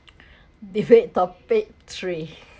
debate topic three